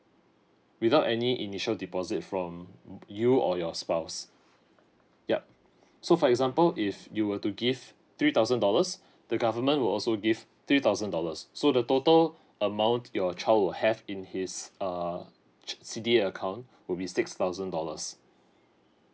without any initial deposit from you or your spouse yup so for example if you were to give three thousand dollars the government will also give three thousand dollars so the total amount your child will have in his err ch~ C D A account will be six thousand dollars